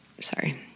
sorry